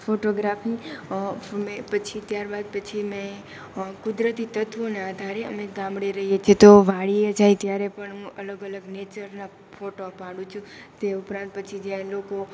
photography મેં પછી ત્યારબાદ પછી મેં કુદરતી તત્ત્વોને આધારે અમે ગામડે રહીએ છીએ તો વાડીએ જાઈએ ત્યારે પણ અલગ અલગ નેચરના ફોટો પાડું છું પછી તે ઉપરાંત પછી જ્યાં એ લોકો